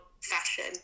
fashion